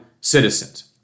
citizens